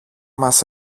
μας